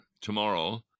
tomorrow